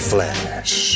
Flash